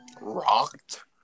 Rocked